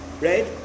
right